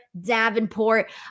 Davenport